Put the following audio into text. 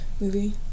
movie